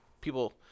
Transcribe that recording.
people